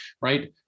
right